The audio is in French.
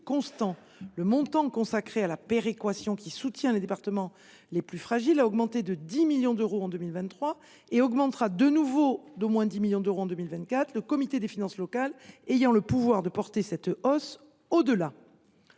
les sommes consacrées à la péréquation effectuée au bénéfice des départements les plus fragiles ont augmenté de 10 millions d’euros en 2023 et augmenteront de nouveau d’au moins 10 millions d’euros en 2024, le Comité des finances locales (CFL) ayant le pouvoir de porter cette hausse au delà.